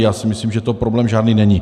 Já si myslím, že to problém žádný není.